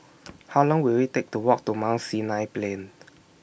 How Long Will IT Take to Walk to Mount Sinai Plain